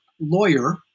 lawyer